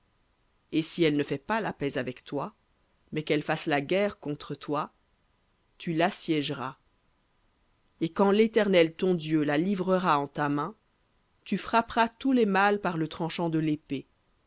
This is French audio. et si elle ne fait pas la paix avec toi mais qu'elle fasse la guerre contre toi tu lassiégeras et quand l'éternel ton dieu la livrera en ta main tu frapperas tous les mâles par le tranchant de l'épée